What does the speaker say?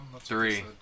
Three